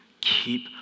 Keep